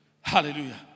Hallelujah